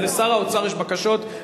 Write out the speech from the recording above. לשר האוצר יש בקשות?